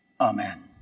Amen